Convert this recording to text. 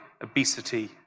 obesity